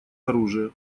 оружия